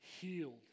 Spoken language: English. healed